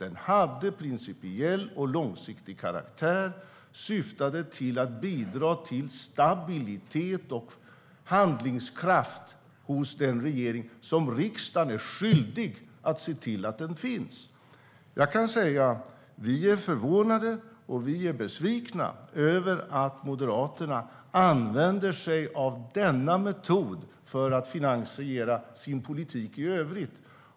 Den hade en principiell och långsiktig karaktär, och den syftade till att bidra till stabilitet och handlingskraft hos den regering som riksdagen är skyldig att se till finns. Jag kan säga att vi är förvånade och besvikna över att Moderaterna använder sig av denna metod för att finansiera sin politik i övrigt.